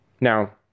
Now